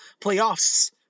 playoffs